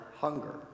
hunger